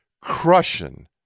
crushing